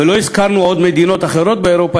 ולא הזכרנו מדינות אחרות באירופה,